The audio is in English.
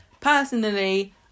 Personally